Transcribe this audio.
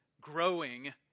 growing